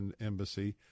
Embassy